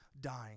dying